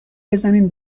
بزنین